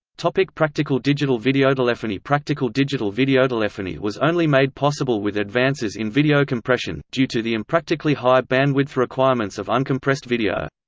like practical digital videotelephony practical digital videotelephony was only made possible with advances in video compression, due to the impractically high bandwidth requirements of uncompressed video.